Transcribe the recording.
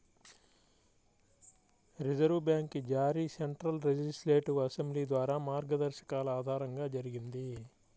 reserve bank జారీ central legislative assembly ద్వారా మార్గదర్శకాల ఆధారంగా జరిగింది